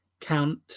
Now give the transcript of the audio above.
count